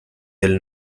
del